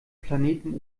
planeten